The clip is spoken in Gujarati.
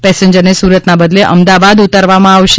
પેસેન્જરને સુરતના બદલે અમદાવાદ ઉતારવામાં આવશે